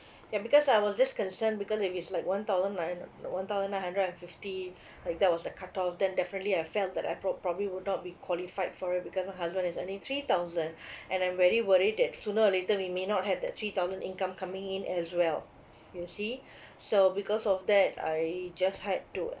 ya because I was just concerned because if it's like one thousand nine one thousand nine hundred and fifty like that was the cutoff then definitely I felt that I prob~ probably would not be qualified for it because my husband is earning three thousand and I'm very worried that sooner or later we may not have that three thousand income coming in as well you see so because of that I just had to